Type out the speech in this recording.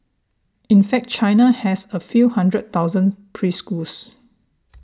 in fact China has a few hundred thousand preschools